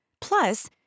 Plus